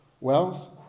Wells